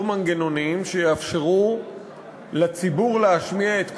מנגנונים שיאפשרו לציבור להשמיע את קולו,